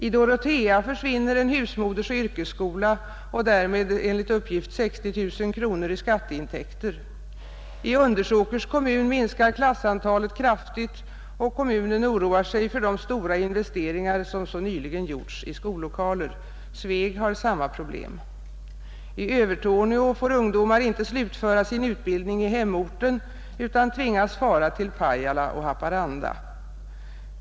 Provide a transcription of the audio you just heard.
I Dorotea försvinner en husmodersoch yrkesskola och därmed enligt uppgift 60 000 kronor i skatteintäkter. I Undersåkers kommun minskar klassantalet kraftigt, och kommunen oroar sig för de stora investeringar som så nyligen har gjorts i skollokaler. Sveg har samma problem. I Övertorneå får ungdomar inte slutföra sin utbildning i hemorten utan tvingas fara till Pajala och Haparanda.